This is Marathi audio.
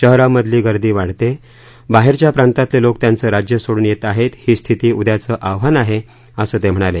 शहरांमधली गर्दी वाढतेय बाहेरच्या प्रांतातले लोक त्यांचं राज्य सोडून येत आहेत ही स्थिती उद्याचं आव्हान आहे असं ते म्हणाले